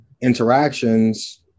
interactions